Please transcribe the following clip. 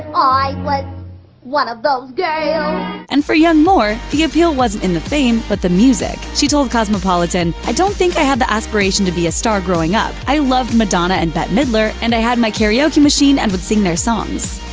i was one of those girls and for young moore, the appeal wasn't in the fame, but the music. she told cosmopolitan, i don't think i had the aspiration to be a star growing up. i loved madonna and bette midler, and i had my karaoke machine and would sing their songs.